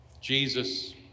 Jesus